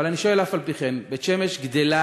אבל אני שואל אף-על-פי-כן, בית-שמש גדלה,